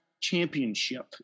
championship